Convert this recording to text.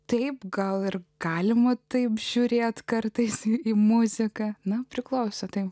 taip gal ir galima taip žiūrėti kartais į muziką na priklauso tai